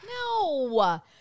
No